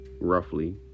roughly